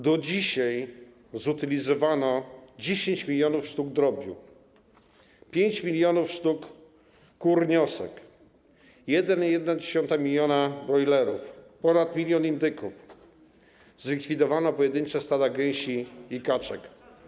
Do dzisiaj zutylizowano 10 mln sztuk drobiu: 5 mln sztuk kur niosek, 1,1 mln brojlerów, ponad 1 mln indyków, zlikwidowano pojedyncze stada gęsi i kaczek.